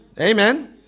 Amen